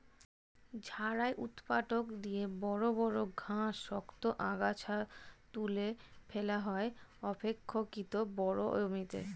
ঝাড়াই ঊৎপাটক দিয়ে বড় বড় ঘাস, শক্ত আগাছা তুলে ফেলা হয় অপেক্ষকৃত বড় জমিতে